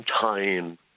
time